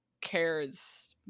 cares